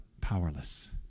powerless